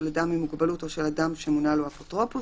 של אדם עם מוגבלות או של אדם שמונה לו אפוטרופוס